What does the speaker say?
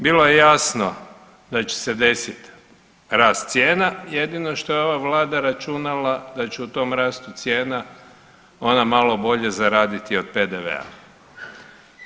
Bilo je jasno da će se desiti rast cijena jedino što je ova vlada računala da će u tom rastu cijena ona malo bolje zaraditi od PDV-a.